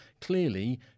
clearly